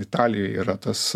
italijoj yra tas